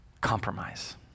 compromise